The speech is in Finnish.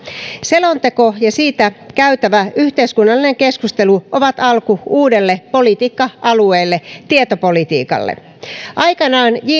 selonteko ja siitä käytävä yhteiskunnallinen keskustelu ovat alku uudelle politiikka alueelle tietopolitiikalle aikanaan